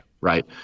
right